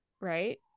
right